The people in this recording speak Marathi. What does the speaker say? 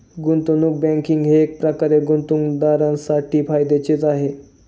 गुंतवणूक बँकिंग हे एकप्रकारे गुंतवणूकदारांसाठी फायद्याचेच आहे